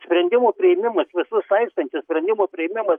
sprendimų priėmimas visus saistantis sprendimų priėmimas